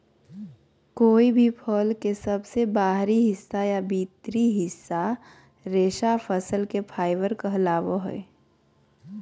कोय भी फल के सबसे बाहरी हिस्सा या भीतरी रेशा फसल के फाइबर कहलावय हय